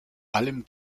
allem